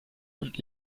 und